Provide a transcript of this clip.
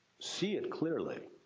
see it clearly.